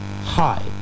Hi